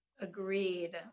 Agreed